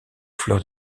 fleurs